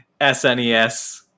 SNES